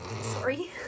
sorry